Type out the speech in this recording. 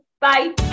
Bye